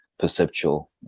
perceptual